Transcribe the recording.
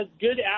good